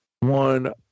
One